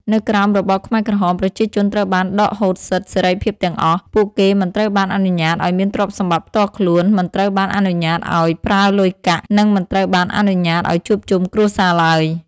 នៅក្រោមរបបខ្មែរក្រហម ប្រជាជនត្រូវបានដកហូតសិទ្ធិសេរីភាពទាំងអស់ ពួកគេមិនត្រូវបានអនុញ្ញាតឲ្យមានទ្រព្យសម្បត្តិផ្ទាល់ខ្លួន មិនត្រូវបានអនុញ្ញាតឲ្យប្រើលុយកាក់ និងមិនត្រូវបានអនុញ្ញាតឲ្យជួបជុំគ្រួសារឡើយ។